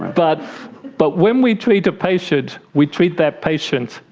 but but when we treat a patient, we treat that patient,